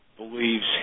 believes